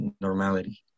normality